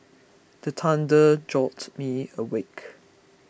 the thunder jolt me awake